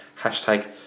Hashtag